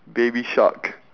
baby shark